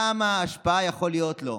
כמה השפעה יכולה להיות לו?